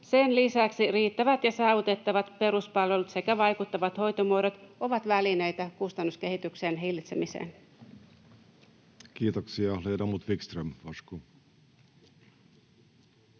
Sen lisäksi riittävät ja saavutettavat peruspalvelut sekä vaikuttavat hoitomuodot ovat välineitä kustannuskehityksen hillitsemiseen. [Speech